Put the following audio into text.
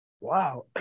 Wow